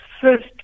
first